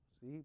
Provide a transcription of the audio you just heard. See